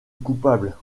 coupable